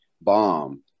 bomb